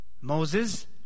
Moses